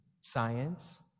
science